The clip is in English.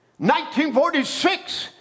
1946